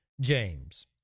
James